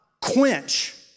quench